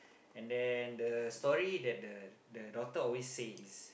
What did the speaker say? and then the story that the the daughter always say is